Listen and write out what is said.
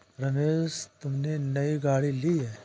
रमेश तुमने नई गाड़ी ली हैं